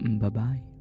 Bye-bye